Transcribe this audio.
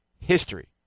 history